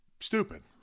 stupid